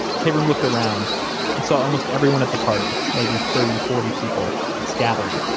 kabrahm looked around and saw almost everyone at the party, maybe thirty, forty people, scattering.